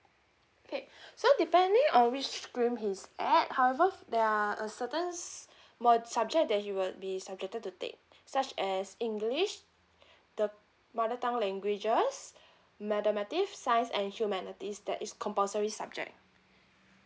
okay so depending on which stream he's at however there are a certains more subject that he would be subjected to take such as english the mother tongue languages mathematic science and humanities that is compulsory subject